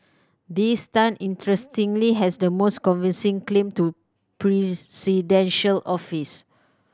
this Tan interestingly has the most convincing claim to presidential office